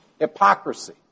Hypocrisy